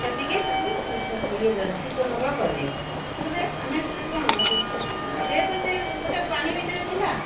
ଚାଟିକି ତାକୁ ତାକୁ ୟେ କରେ ସୁସ୍ଥସବଳ କରିଦିଏ ସିଏ କରିଦିଏ ଆମେ ସେଇଠୁ କ'ଣ ଯେହେତୁ ସିଏ ଗୋଟେ ପାଣି ଭିତରେ ଥିଲା